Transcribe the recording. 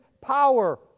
power